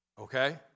Okay